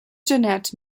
janet